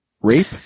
Rape